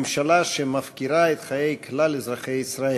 ממשלה שמפקירה את חיי כלל אזרחי ישראל.